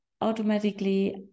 automatically